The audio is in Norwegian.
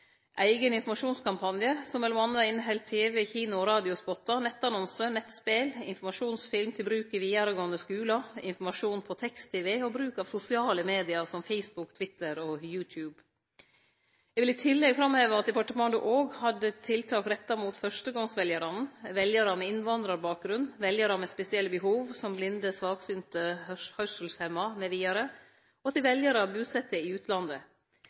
eigen informasjonskampanje, som m.a. inneheldt tv-, kino- og radiospottar, nettannonsar, nettspel, informasjonsfilm til bruk i vidaregåande skular, informasjon på tekst-tv og bruk av sosiale medium som Facebook, Twitter og YouTube Eg vil i tillegg framheve at departementet òg hadde tiltak retta mot fyrstegongsveljarane, veljarar med innvandrarbakgrunn, veljarar med spesielle behov, som blinde, svaksynte, høyrselshemma mv., og mot veljarar busette i utlandet.